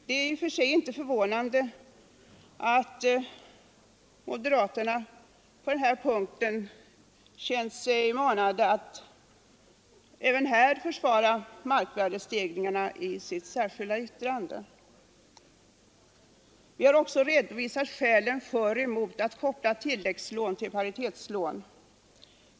Det är i och för sig inte förvånande att moderaterna även på den här punkten känt sig manade att försvara markvärdestegringarna i ett särskilt yttrande. Vi har också redovisat skälen både för och emot att koppla tilläggslån till paritetslån.